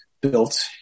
built